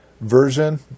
version